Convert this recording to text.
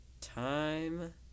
Time